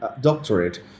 doctorate